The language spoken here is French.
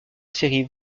série